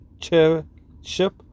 chairship